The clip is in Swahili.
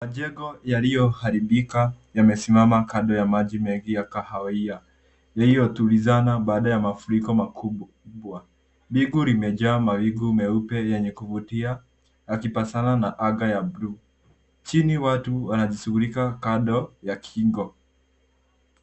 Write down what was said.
Majengo yaliyoharibika yamesimama kando ya maji mengi ya kahawia iliyotulizana baada ya mafuriko makubwa. Bingu limejaa mawimu meupe yenye kuvutia yakipasana na anga ya bluu. Chini watu wanajishughulika kando ya kingo.